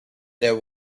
there